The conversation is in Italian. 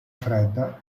fredda